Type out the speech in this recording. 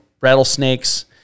rattlesnakes